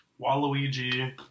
Waluigi